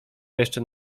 jeszcze